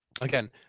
Again